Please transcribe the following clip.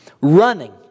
running